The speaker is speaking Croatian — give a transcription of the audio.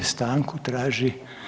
Stanku traži.